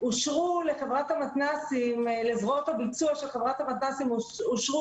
לזרועות הביצוע של חברת המתנ"סים אושרו